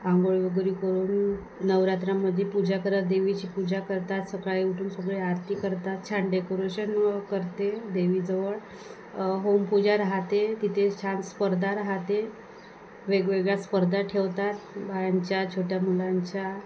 आंघोळ वगैरे करून नवरात्रामध्ये पूजा करत देवीची पूजा करतात सकाळी उठून सगळे आरती करतात छान डेकोरेशन करते देवीजवळ होम पूजा राहाते तिथे छान स्पर्धा राहाते वेगवेगळ्या स्पर्धा ठेवतात बायांच्या छोट्या मुलांच्या